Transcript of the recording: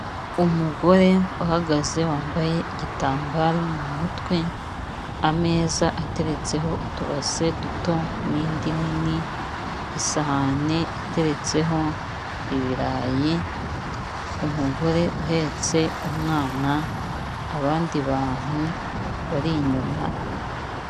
Umugore uhagaze wambaye igitambaro mu mutwe, ameza ateretseho utubase duto n'indi nini, n'isahani iteretseho ibirayi, umugore uhetse umwana abandi bantu bari inyuma.